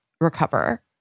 recover